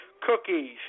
cookies